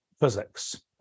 physics